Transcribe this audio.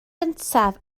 gyntaf